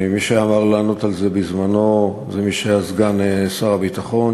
מי שהיה אמור לענות על זה בזמנו הוא מי שהיה סגן שר הביטחון,